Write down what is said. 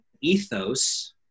ethos